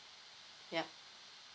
yup